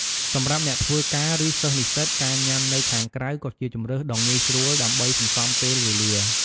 សម្រាប់អ្នកធ្វើការ ឬសិស្សនិស្សិត ការញ៉ាំនៅខាងក្រៅក៏ជាជម្រើសដ៏ងាយស្រួលដើម្បីសន្សំពេលវេលា។